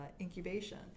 incubation